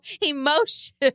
emotion